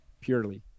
purely